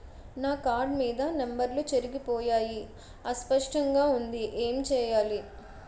నా కార్డ్ మీద నంబర్లు చెరిగిపోయాయి అస్పష్టంగా వుంది ఏంటి చేయాలి?